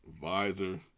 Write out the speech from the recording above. visor